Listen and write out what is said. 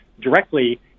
directly